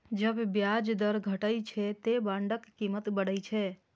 जब ब्याज दर घटै छै, ते बांडक कीमत बढ़ै छै